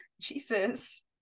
Jesus